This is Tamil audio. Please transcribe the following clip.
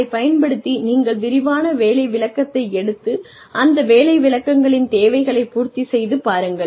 அதைப் பயன்படுத்தி நீங்கள் விரிவான வேலை விளக்கத்தை எடுத்து அந்த வேலை விளக்கங்களின் தேவைகளைப் பூர்த்தி செய்து பாருங்கள்